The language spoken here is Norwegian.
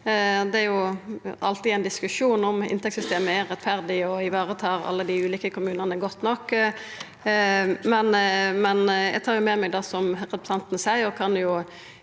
Det er alltid ein diskusjon om inntektssystemet er rettferdig og varetar alle dei ulike kommunane godt nok. Eg tar med meg det som representanten seier,